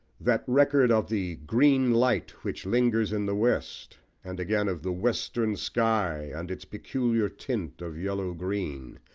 that record of the green light which lingers in the west, and again, of the western sky, and its peculiar tint of yellow green,